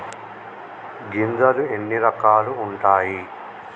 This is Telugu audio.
గింజలు ఎన్ని రకాలు ఉంటాయి?